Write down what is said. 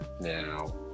now